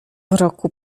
roku